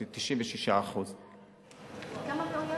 96%. כמה מאויש?